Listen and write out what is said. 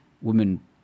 Women